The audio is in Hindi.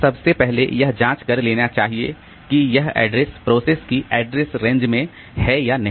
तो सबसे पहले यह जांच कर लेना चाहिए कि यह एड्रेस प्रोसेस की एड्रेस रेंज में है या नहीं